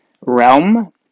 realm